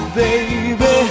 baby